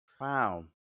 Wow